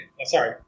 Sorry